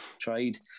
trade